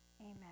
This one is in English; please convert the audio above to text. Amen